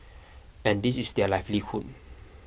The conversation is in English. and this is their livelihood